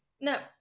no